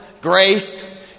grace